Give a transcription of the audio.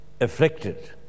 afflicted